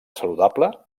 saludable